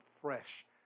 fresh